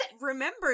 remember